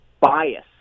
bias